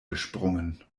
gesprungen